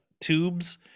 tubes